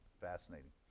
fascinating